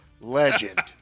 legend